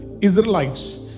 Israelites